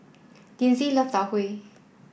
Linzy loves Tau Huay